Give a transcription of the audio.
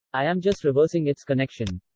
i am just reversing its connection.